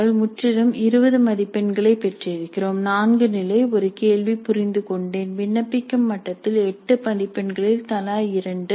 நாங்கள் முற்றிலும் 20 மதிப்பெண்களைப் பெற்றிருக்கிறோம் 4 நிலை ஒரு கேள்வி புரிந்து கொண்டேன் விண்ணப்பிக்கும் மட்டத்தில் 8 மதிப்பெண்களில் தலா இரண்டு